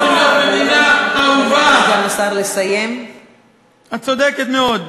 את צודקת מאוד,